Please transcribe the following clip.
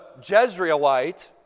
Jezreelite